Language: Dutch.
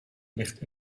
ligt